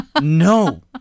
No